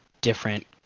different